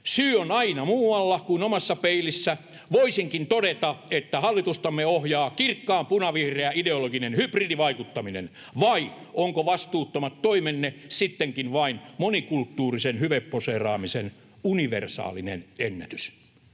Syy on aina muualla kuin omassa peilissä. Voisinkin todeta, että hallitustamme ohjaa kirkkaan punavihreä ideologinen hybridivaikuttaminen. Vai ovatko vastuuttomat toimenne sittenkin vain monikulttuurisen hyveposeeraamisen universaalinen ennätys?